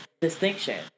distinction